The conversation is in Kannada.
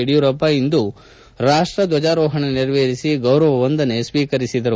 ಯಡಿಯೂರಪ್ಪ ಇಂದು ರಾಷ್ಟ ಧ್ವಜಾರೋಹಣ ನೆರವೇರಿಸಿ ಗೌರವ ವಂದನೆ ಸ್ವೀಕರಿಸಿದರು